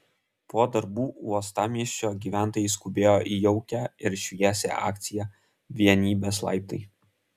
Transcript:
po darbų uostamiesčio gyventojai skubėjo į jaukią ir šviesią akciją vienybės laiptai